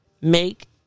make